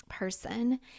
person